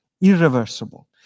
irreversible